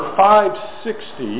560